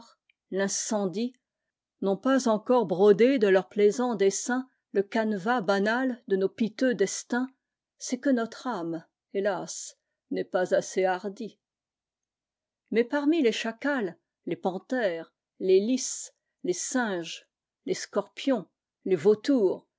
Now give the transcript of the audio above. l'incendie n'ont pas encor brodé de leurs plaisants dessinsle canevas banal de nos piteux destins c'est que notre âme hélas n'est pas assez hardie mais parmi les chacals les panthères les lices les singes les scorpions les vautours